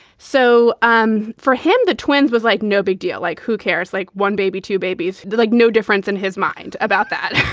so um for him, the twins was like, no big deal. like, who cares? like one baby, two babies. like, no difference in his mind about that